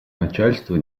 начальство